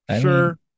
Sure